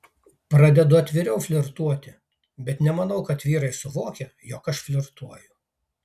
pradedu atviriau flirtuoti bet nemanau kad vyrai suvokia jog aš flirtuoju